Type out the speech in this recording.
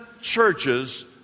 churches